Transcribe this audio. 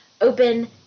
open